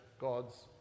God's